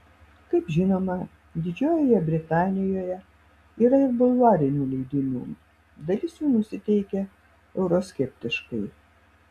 kaip žinoma didžiojoje britanijoje yra ir bulvarinių leidinių dalis jų nusiteikę euroskeptiškai